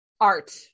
art